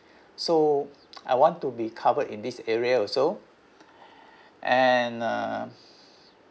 so I want to be covered in this area also and uh